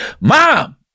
mom